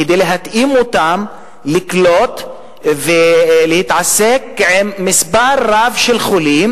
כדי להתאים אותם לקלוט ולהתעסק עם מספר רב של חולים,